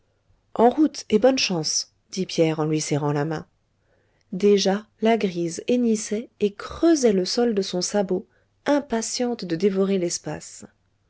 en route et bonne chance dit pierre en lui serrant la main déjà la grise hennissait et creusait le sol de son sabot impatiente de dévorer l'espace